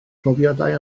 profiadau